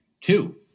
Two